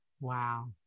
Wow